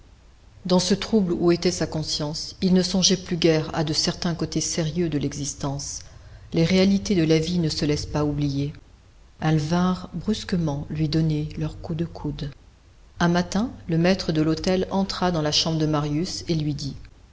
dans ce trouble où était sa conscience il ne songeait plus guère à de certains côtés sérieux de l'existence les réalités de la vie ne se laissent pas oublier elles vinrent brusquement lui donner leur coup de coude un matin le maître de l'hôtel entra dans la chambre de marius et lui dit